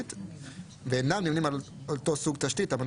שאינם חלק מאותה רשת קווי תשתית.